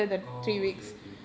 oh okay okay